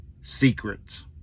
secrets